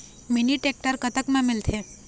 Mini tractor कतक म मिलथे?